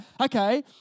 okay